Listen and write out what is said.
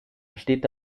steht